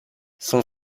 son